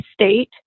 state